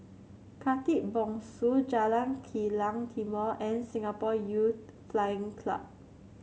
Khatib Bongsu Jalan Kilang Timor and Singapore Youth Flying Club